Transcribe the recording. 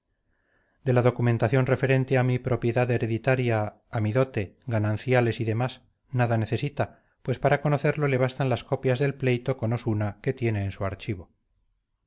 de la documentación referente a mi propiedad hereditaria a mi dote gananciales y demás nada necesita pues para conocerlo le bastan las copias del pleito con osuna que tiene en su archivo